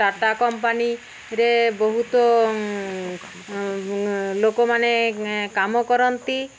ଟାଟା କମ୍ପାନୀରେ ବହୁତ ଲୋକମାନେ କାମ କରନ୍ତି